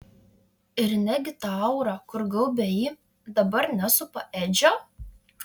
ir negi ta aura kur gaubė jį dabar nesupa edžio